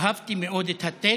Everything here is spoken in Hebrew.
אהבתי מאוד את הטקסט,